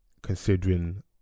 Considering